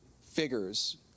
figures